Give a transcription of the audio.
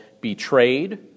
betrayed